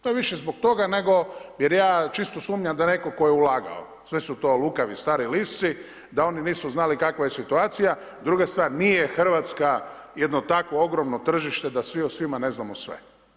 To je više zbog toga nego, jer ja čisto sumnjam da netko tko ej ulagao, sve su to lukavi stari lisci da oni nisu znali kakva je situacija, druga stvar nije Hrvatska jedno takvo ogromno tržište da svi o svima ne znamo sve.